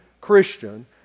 Christian